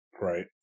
Right